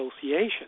association